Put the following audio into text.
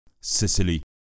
Sicily